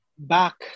Back